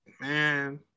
Man